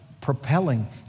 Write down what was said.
propelling